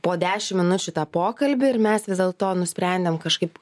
po dešim minučių tą pokalbį ir mes vis dėlto nusprendėm kažkaip